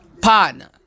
Partner